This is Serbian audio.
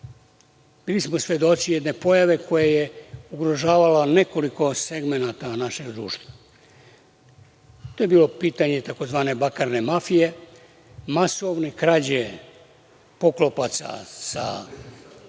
bili smo svedoci jedne pojave koja je ugrožavala nekoliko segmenata našeg društva. To je bilo pitanje tzv. bakarne mafije, masovne krađe poklopaca sa